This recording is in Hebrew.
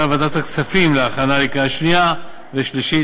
לוועדת הכספים להכנה לקריאה שנייה ושלישית.